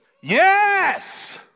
Yes